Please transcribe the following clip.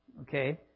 Okay